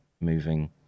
moving